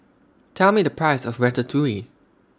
Tell Me The Price of Ratatouille